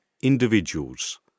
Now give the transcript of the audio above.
individuals